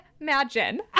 imagine